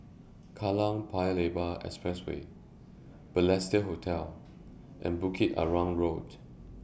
Kallang Paya Lebar Expressway Balestier Hotel and Bukit Arang Road